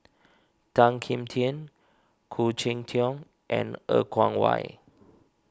Tan Kim Tian Khoo Cheng Tiong and Er Kwong Wah